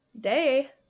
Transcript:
Day